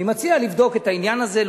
אני מציע לבדוק את העניין הזה.